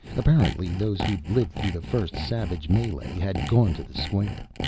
apparently, those who'd lived through the first savage melee had gone to the square.